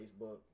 Facebook